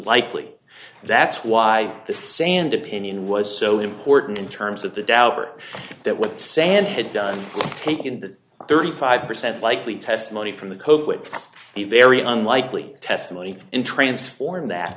likely that's why the sand opinion was so important in terms of the dauber that what sam had done taking the thirty five percent likely testimony from the cope with the very unlikely testimony and transform that